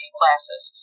classes